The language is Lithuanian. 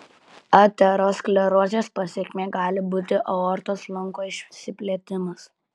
aterosklerozės pasekmė gali būti aortos lanko išsiplėtimas